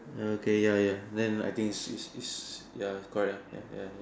uh okay ya ya then I think is is ya is correct ya ya ya